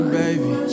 baby